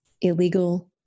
illegal